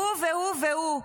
והוא והוא והוא,